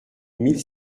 mille